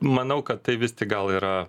manau kad tai vis tik gal yra